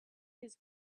his